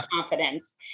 confidence